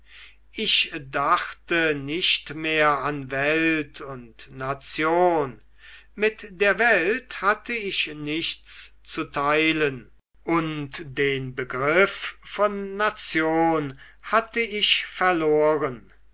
ich dachte nicht mehr an welt und nation mit der welt hatte ich nichts zu teilen und den begriff von nation hatte ich verloren